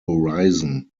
horizon